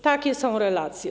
Takie są relacje.